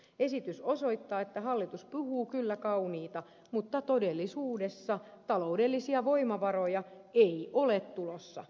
esitys osoittaa että hallitus puhuu kyllä kauniita mutta todellisuudessa taloudellisia voimavaroja ei ole tulossa